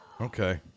Okay